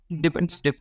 depends